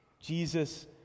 Jesus